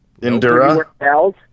Endura